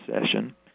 session